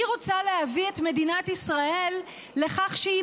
אני רוצה להביא את מדינת ישראל לכך שהיא